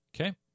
Okay